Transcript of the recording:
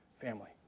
family